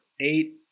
eight